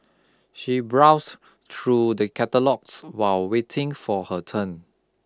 she browse through the catalogues while waiting for her turn